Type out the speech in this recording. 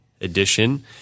Edition